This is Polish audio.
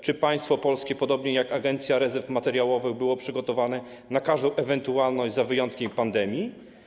Czy państwo polskie, podobnie jak Agencja Rezerw Materiałowych, było przygotowane na każdą ewentualność, z wyjątkiem pandemii?